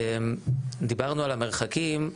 דיברנו על המרחקים,